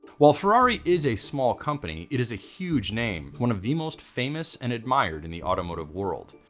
while ferrari is a small company. it is a huge name. one of the most famous and admired in the automotive world.